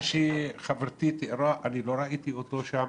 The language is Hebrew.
מה שחברתי תיארה, לא ראיתי שם.